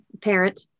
parent